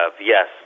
yes